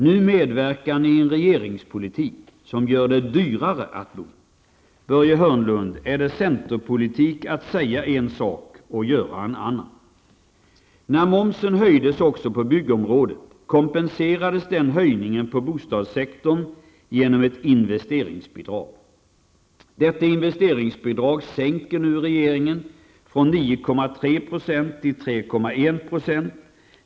Nu medvekar centern i en regeringspolitik som gör det ännu dyrare att bo. Är det centerpolitik, Börje Hörnlund, att säga en sak och göra en annan? När momsen höjdes också på byggområdet, kompenserades denna höjning på bostadssektorn genom ett investeringsbidrag. Detta investeringsbidrag sänker nu regeringen från 9,3 % till 3,1 %.